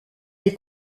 est